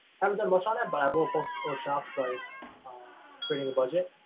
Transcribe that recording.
haven't done much on that, but i will post workshops like creating a budget,